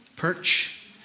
perch